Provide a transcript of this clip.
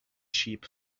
sheep